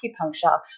acupuncture